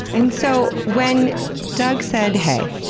and so, when doug said, hey,